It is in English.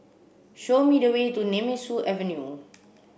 show me the way to Nemesu Avenue